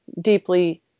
deeply